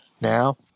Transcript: Now